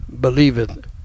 believeth